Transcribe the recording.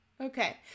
Okay